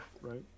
Right